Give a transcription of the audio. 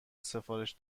سفارش